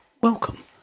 Welcome